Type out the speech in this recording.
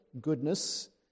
goodness